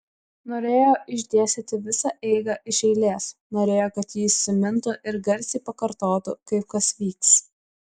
norėjo išdėstyti visą eigą iš eilės norėjo kad ji įsimintų ir garsiai pakartotų kaip kas vyks